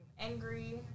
angry